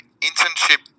internship